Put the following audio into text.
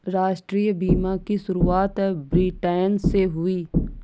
राष्ट्रीय बीमा की शुरुआत ब्रिटैन से हुई